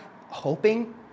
hoping